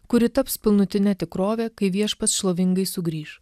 kuri taps pilnutine tikrove kai viešpats šlovingai sugrįš